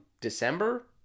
December